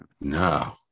No